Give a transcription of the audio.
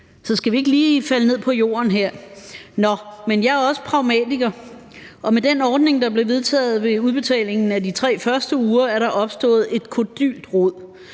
så skal vi ikke lige falde ned på jorden her. Nå, men jeg er også pragmatiker, og med den ordning, der er blevet vedtaget ved udbetalingen af de 3 første uger, er der opstået et kodylt rod.